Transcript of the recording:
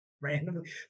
randomly